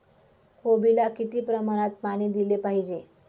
कोबीला किती प्रमाणात पाणी दिले पाहिजे?